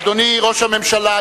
אדוני ראש הממשלה,